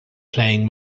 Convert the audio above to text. playing